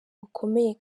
bukomeye